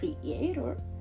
creator